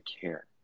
care